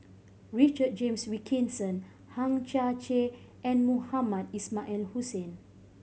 Richard James Wilkinson Hang Chang Chieh and Mohamed Ismail Hussain